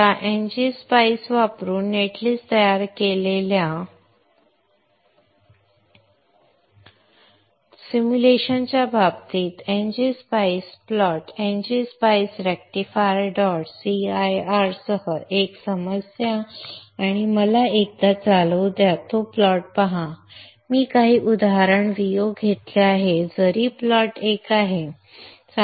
आता NG spice वापरून netlist तयार केल्यावर सिम्युलेशनच्या बाबतीत NG spice plot NG spice rectifier dot cir सह एक समस्या आणि मला एकदा चालवू द्या तो प्लॉट पहा मी काही उदाहरण Vo घेतले आहे जरी प्लॉट एक आहे